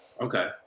okay